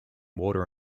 water